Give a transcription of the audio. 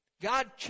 God